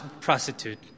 prostitute